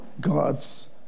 God's